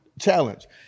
challenge